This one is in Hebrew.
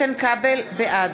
לי.